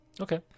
Okay